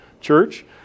Church